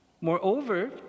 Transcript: Moreover